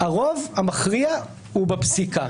הרוב המכריע הוא בפסיקה.